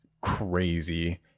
crazy